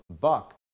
BUCK